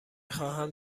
خواهم